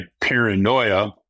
paranoia